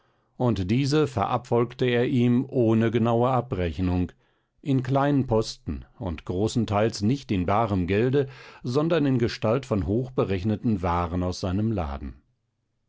und diese verabfolgte er ihm ohne genaue abrechnung in kleinen posten und großenteils nicht in barem gelde sondern in gestalt von hoch berechneten waren aus seinem laden